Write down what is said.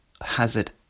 hazard